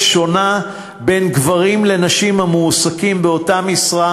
שונות לגברים ונשים המועסקים באותה משרה,